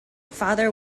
father